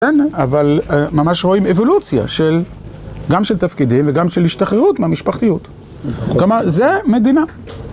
אבל ממש רואים אבולוציה של, גם של תפקידים וגם של השתחררות מהמשפחתיות. כלומר, זה מדינה.